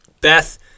Beth